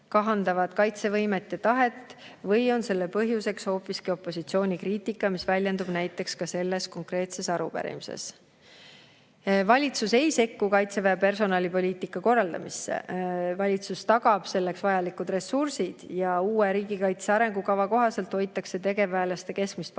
kahandavad kaitsevõimet ja -tahet või on selle põhjuseks hoopiski opositsiooni kriitika, mis väljendub näiteks ka selles konkreetses arupärimises?" Valitsus ei sekku kaitseväe personalipoliitika korraldamisse. Valitsus tagab selleks vajalikud ressursid ja uue riigikaitse arengukava kohaselt hoitakse tegevväelaste keskmist palka